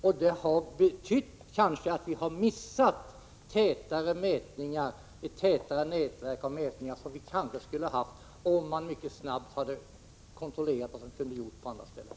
På det sättet har vi kanske missat ett tätare nätverk för mätningar, som vi kanske kunde ha haft om man snabbt hade kontrollerat möjligheterna på andra ställen.